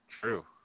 True